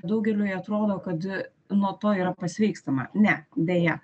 daugeliui atrodo kad nuo to yra pasveikstama ne deja